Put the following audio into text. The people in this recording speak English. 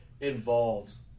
involves